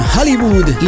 Hollywood